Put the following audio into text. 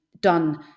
done